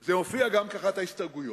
זה הופיע גם כאחת ההסתייגויות,